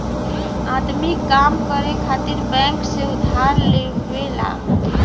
आदमी काम करे खातिर बैंक से उधार लेवला